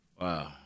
Wow